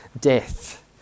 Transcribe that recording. death